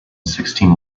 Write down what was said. sixteen